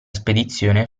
spedizione